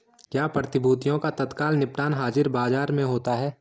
क्या प्रतिभूतियों का तत्काल निपटान हाज़िर बाजार में होता है?